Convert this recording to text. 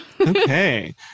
Okay